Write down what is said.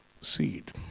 seed